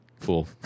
Cool